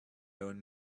own